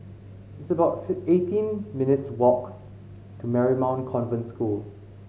it's about eighteen minutes' walk to Marymount Convent School